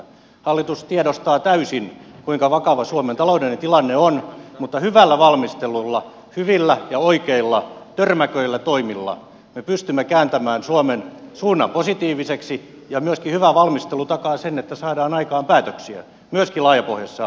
hallitus tiedostaa täysin kuinka vakava suomen taloudellinen tilanne on mutta hyvällä valmistelulla hyvillä ja oikeilla törmäköillä toimilla me pystymme kääntämään suomen suunnan positiiviseksi ja myöskin hyvä valmistelu takaa sen että saadaan aikaan päätöksiä myös laajapohjaisessa hallituksessa